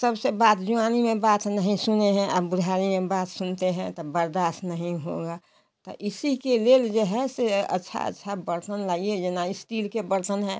सबसे बात जवानी में बात नहीं सुने हैं अब बुड़हारी में हम बात सुनते है तब और नहीं होगा तो इसी के लिए जो है से अच्छा अच्छा बर्तन लाइए जना इस्टील के बर्तन हैं